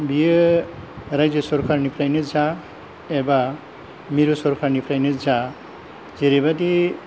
बेयो रायजो सरखारनिफ्रायनो जा एबा मिरु सरखारनिफ्रायनो जा जेरैबादि